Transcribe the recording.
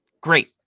great